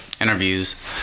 interviews